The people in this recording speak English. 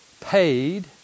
paid